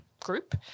group